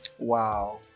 wow